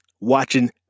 Watching